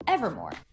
Evermore